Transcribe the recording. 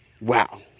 Wow